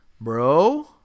Bro